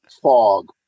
fog